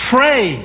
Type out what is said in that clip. Pray